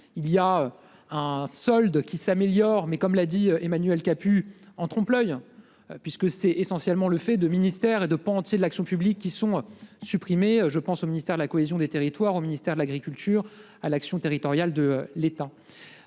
il y a un solde qui s'améliore mais comme l'a dit Emmanuel Capus en trompe-l'oeil puisque c'est essentiellement le fait de ministères et de pans entiers de l'action publique qui sont supprimés. Je pense au ministère de la cohésion des territoires au ministère de l'agriculture à l'action territorial de l'État.